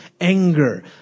anger